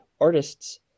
artists